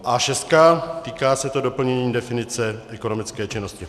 A6, týká se to doplnění definice ekonomické činnosti.